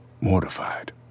mortified